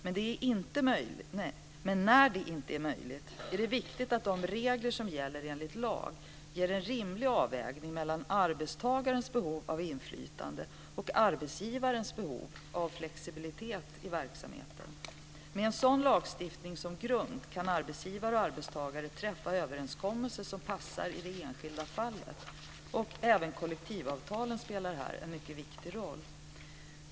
Men när det inte är möjligt är det viktigt att de regler som gäller enligt lag ger en rimlig avvägning mellan arbetstagarens behov av inflytande och arbetsgivarens behov av flexibilitet i verksamheten. Med en sådan lagstiftning som grund kan arbetsgivare och arbetstagare träffa överenskommelser som passar i det enskilda fallet. Även kollektivavtalen spelar här en mycket viktig roll.